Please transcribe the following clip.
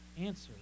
answer